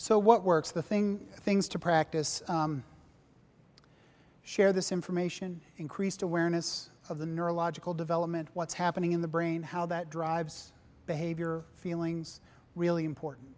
so what works the thing things to practice share this information increased awareness of the neurological development what's happening in the brain how that drives behavior feelings really important